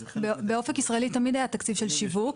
באופק ישראלי תמיד היה תקציב של שיווק,